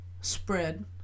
spread